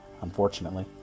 Unfortunately